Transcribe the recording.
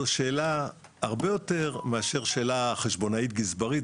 זו שאלה הרבה יותר מאשר שאלה חשבונאית גזברית,